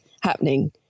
happening